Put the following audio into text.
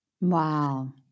Wow